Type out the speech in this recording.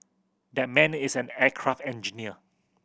that man is an aircraft engineer